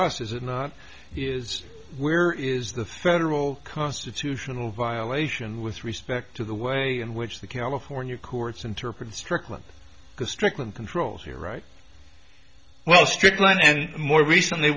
us is and is where is the federal constitutional violation with respect to the way in which the california courts interpret strickland strickland controls here right well strickland and more recently